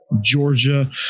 Georgia